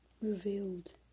revealed